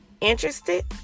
Interested